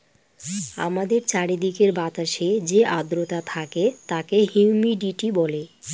আমাদের চারিদিকের বাতাসে যে আদ্রতা থাকে তাকে হিউমিডিটি বলে